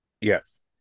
Yes